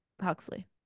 Huxley